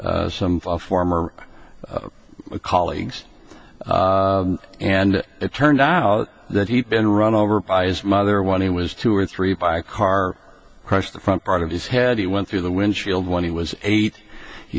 some former colleagues and it turned out that he'd been run over by his mother when he was two or three by a car crash the front part of his head he went through the windshield when he was eight he